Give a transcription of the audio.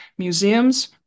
museums